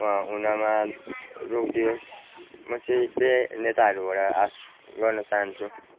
हुनमा रोकिदियोस् म चाहिँ त्यही नेताहरूबाट आस गर्न चहान्छु